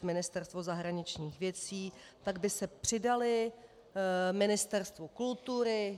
Ministerstvo zahraničních věcí, tak by se přidaly Ministerstvu kultury.